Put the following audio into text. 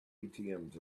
atms